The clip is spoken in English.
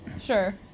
Sure